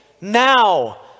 now